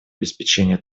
обеспечения